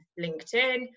linkedin